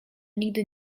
nigdy